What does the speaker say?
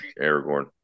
Aragorn